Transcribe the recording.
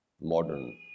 modern